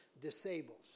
disables